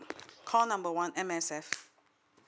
call number one M_S_F